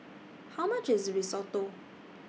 How much IS Risotto